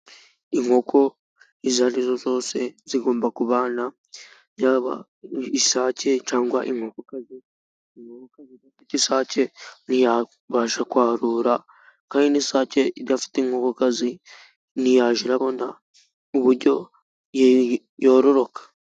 Inkoko izo arizo zose zigomba kubana. Yaba isake cyangwa inkokokazi. Inkokokazi idafite isake ntiyabasha kwarura, kandi n'isake idafite inkokokazi ntiyajya irabona uburyo yororoka.